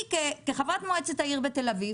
כחברת מועצת עיריית תל אביב,